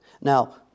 Now